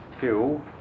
Two